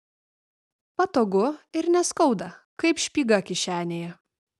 patogu ir neskauda kaip špyga kišenėje